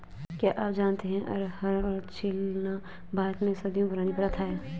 क्या आप जानते है अरहर को छीलना भारत में सदियों पुरानी प्रथा है?